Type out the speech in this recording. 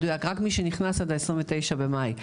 מדויק רק מי שנכנס עד התאריך ה-29 במאי,